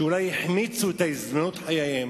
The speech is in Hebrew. שאולי החמיצו את הזדמנות חייהם